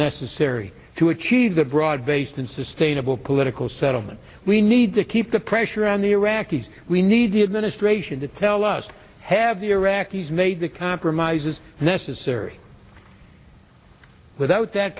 serry to achieve the broad based and sustainable political settlement we need to keep the pressure on the iraqis we need the administration to tell us have the iraqis made the compromises necessary without that